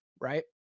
right